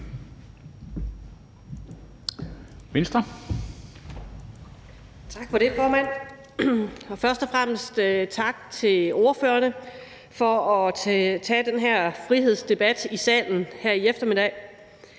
Tak for det, formand. Først og fremmest vil jeg sige tak til ordførerne for at tage den her frihedsdebat i salen her i eftermiddag.